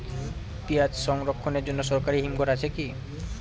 পিয়াজ সংরক্ষণের জন্য সরকারি হিমঘর আছে কি?